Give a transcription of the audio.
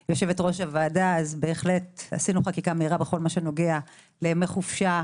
עשינו חקיקה מהירה בכל הנוגע לימי חופשה,